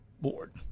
Board